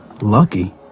Lucky